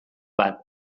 bat